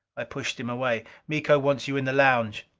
i pushed him away. miko wants you in the lounge.